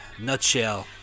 Nutshell